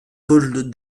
paul